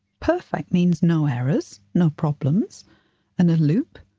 perfect means no errors, no problems and a loop?